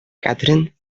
catherine